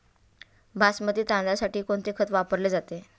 बासमती तांदळासाठी कोणते खत वापरले जाते?